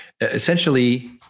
essentially